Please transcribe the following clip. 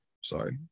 Sorry